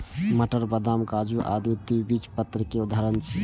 मटर, बदाम, काजू आदि द्विबीजपत्री केर उदाहरण छियै